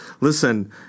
listen